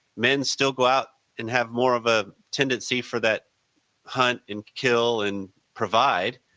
men still go out and have more of a tendency for that hunt and kill and provide.